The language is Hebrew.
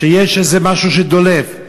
כשיש איזה משהו שדולף,